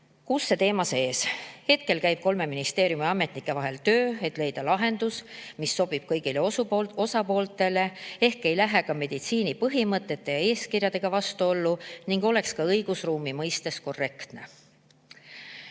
selle poolaasta lõpuks. Hetkel käib kolme ministeeriumi ametnike vahel töö, et leida lahendus, mis sobiks kõigile osapooltele ehk ei läheks meditsiini põhimõtete ja eeskirjadega vastuollu ning oleks ka õigusruumi mõistes korrektne.